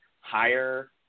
higher